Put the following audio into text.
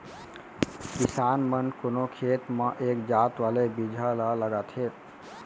किसान मन कोनो खेत म एक जात वाले बिजहा ल लगाथें